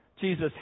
Jesus